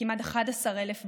כמעט 11,000 בתים,